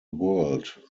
world